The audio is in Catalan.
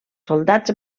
soldats